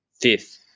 fifth